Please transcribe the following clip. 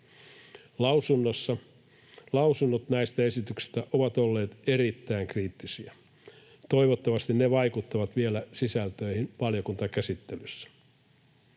Lausunnot näistä esityksistä ovat olleet erittäin kriittisiä. Toivottavasti ne vaikuttavat vielä sisältöihin valiokuntakäsittelyssä.